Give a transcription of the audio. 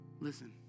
Listen